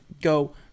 go